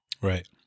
Right